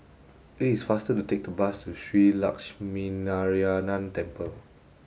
it is faster to take the bus to Shree Lakshminarayanan Temple